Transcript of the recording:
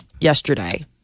yesterday